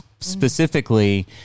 specifically